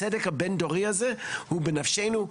הצדק הבין דורי הזה הוא בנפשנו,